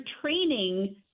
training